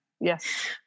Yes